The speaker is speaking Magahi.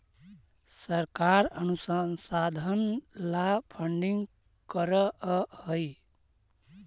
सरकार अनुसंधान ला फंडिंग करअ हई